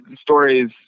stories